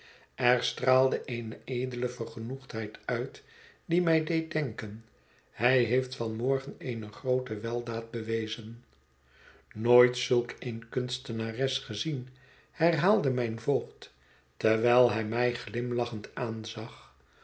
er straalde eene edele vergenoegdheid uit die mij deed denken hij heeft van morgen eene groote weldaad bewezen nooit zulk eene kunstenares gezien herhaalde mijn voogd terwijl hij mij glimlachend aanzag